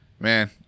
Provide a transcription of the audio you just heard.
Man